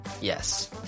Yes